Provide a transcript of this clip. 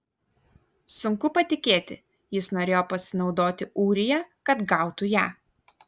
sunku patikėti jis norėjo pasinaudoti ūrija kad gautų ją